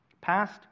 past